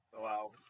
Wow